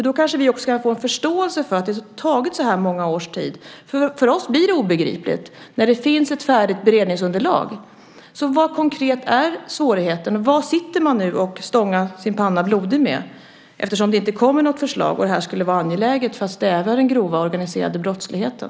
Då kanske vi kan få en förståelse för att utredningen har tagit så många år. För oss blir det obegripligt när det finns ett färdigt beredningsunderlag. Vad konkret är svårigheten? Vad sitter man och stångar sin panna blodig mot? Det kommer inte något förslag, och det här skulle vara angeläget för att stävja den grova organiserade brottsligheten.